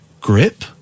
grip